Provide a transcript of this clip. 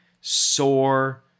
sore